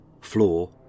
floor